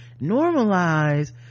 normalize